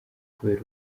kubera